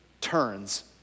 turns